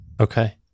Okay